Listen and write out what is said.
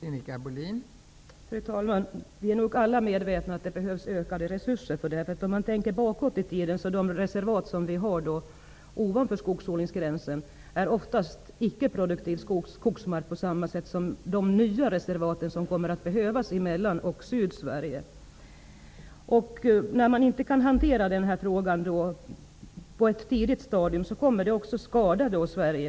Fru talman! Vi är nog alla medvetna om att det behövs ökade resurser. Om man tänker tillbaka i tiden när det gäller reservaten ovanför skogsodlingsgränsen, är dessa ofta icke produktiv skogsmark på samma sätt som de nya reservaten som kommer att behövas i Mellan och Sydsverige. När man inte kan hantera den här frågan på ett tidigt stadium, kommer detta att skada Sverige.